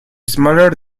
smaller